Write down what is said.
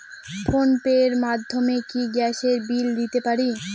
Phone pay র মাধ্যমে কি গ্যাসের বিল দিতে পারি?